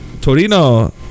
Torino